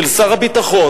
של שר הביטחון,